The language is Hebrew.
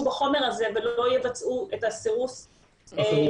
בחומר הזה ולא יבצעו את הסירוס הכירורגי,